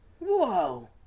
Whoa